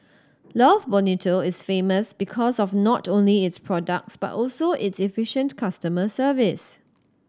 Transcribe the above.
love Bonito is famous because of not only its products but also its efficient customer service